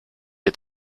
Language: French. est